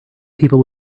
people